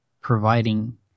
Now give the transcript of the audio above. providing –